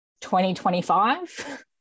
2025